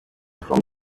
from